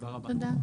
תודה רבה לכולם,